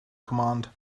command